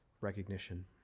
recognition